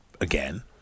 Again